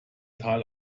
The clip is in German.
tal